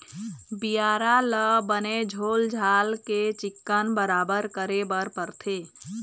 बियारा ल बने छोल छाल के चिक्कन बराबर करे बर परथे